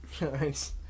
Nice